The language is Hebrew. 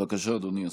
בבקשה, אדוני השר.